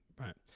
Right